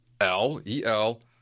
L-E-L